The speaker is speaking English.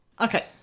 Okay